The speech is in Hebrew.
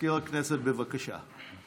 מזכיר הכנסת, בבקשה.